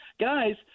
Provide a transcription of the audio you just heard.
Guys –